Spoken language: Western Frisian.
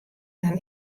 dan